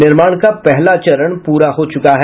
निर्माण का पहला चरण पूरा हो चुका है